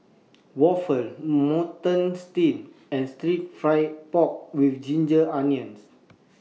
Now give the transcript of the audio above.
Waffle Mutton Stew and Stir Fry Pork with Ginger Onions